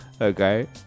Okay